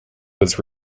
was